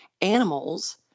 animals